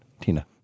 Tina